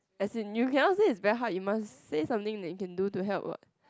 as in you cannot said is very hard you must say something that you can do to help what